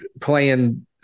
playing